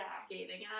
skating